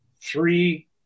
three